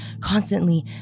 constantly